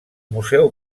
museu